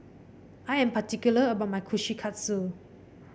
i am particular about my Kushikatsu